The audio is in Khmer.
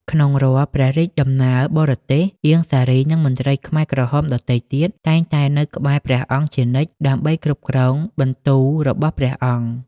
ក្នុងរាល់ព្រះរាជដំណើរបរទេស អៀង សារី និងមន្ត្រីខ្មែរក្រហមដទៃទៀត តែងតែនៅក្បែរព្រះអង្គជានិច្ចដើម្បីគ្រប់គ្រងបន្ទូលរបស់ព្រះអង្គ។